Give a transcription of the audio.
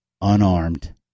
unarmed